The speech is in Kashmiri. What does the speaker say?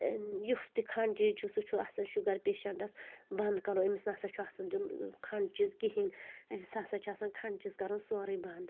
یُس تہِ کھَنٛڈٕ چیٖز چھُ سُہ چھُ آسَان شُگر پیشَنٹَس بنٛد کَرُن أمِس نَسا چھُ آسَان دِیُن کھنٛڈ چیٖز کِہیٖنۍ أمِس ہَسا چھِ آسَان کھنٛڈ چیٖز کَرُن سورُے بنٛد